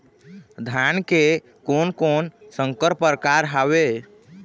धान के कोन कोन संकर परकार हावे?